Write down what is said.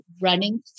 running